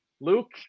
Luke